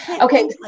Okay